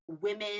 women